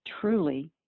truly